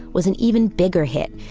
was an even bigger hit.